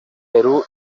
perú